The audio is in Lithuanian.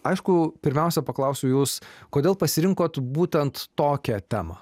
aišku pirmiausia paklausiu jus kodėl pasirinkot būtent tokią temą